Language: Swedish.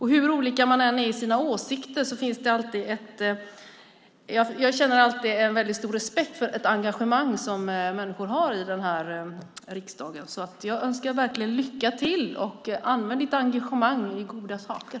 Hur olika man än är i sina åsikter känner jag alltid en väldigt stor respekt för det engagemang som människor har här i riksdagen. Jag önskar verkligen lycka till. Använd ditt engagemang till goda saker!